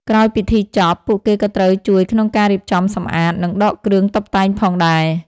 ក្រោយពិធីចប់ ពួកគេក៏ត្រូវជួយក្នុងការរៀបចំសម្អាត និងដកគ្រឿងតុបតែងផងដែរ។